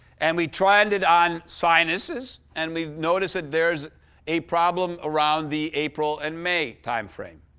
and we trended on sinuses, and we noticed that there's a problem around the april and may timeframe.